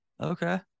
Okay